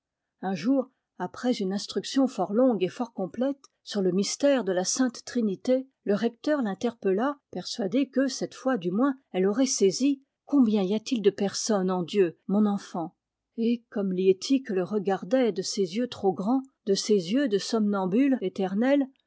un jour après une instruction fort longue et fort complète sur le mystère de la sainte trinité le recteur l'interpella persuadé que cette fois du moins elle aurait saisi combien y a-t-il de personnes en dieu mon enfant et comme liettik le regardait de ses yeux trop grands de ses yeux de somnambule éternelle